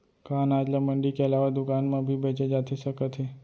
का अनाज ल मंडी के अलावा दुकान म भी बेचे जाथे सकत हे?